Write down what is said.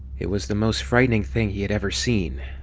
it was the most frightening thing he had ever seen,